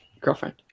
girlfriend